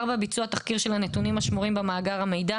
(4)ביצוע תחקיר של הנתונים השמורים במאגר המידע,